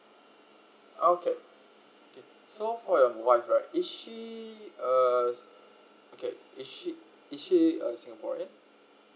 okay K so for your wife right is she uh okay is she is she a singaporean